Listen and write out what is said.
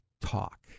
talk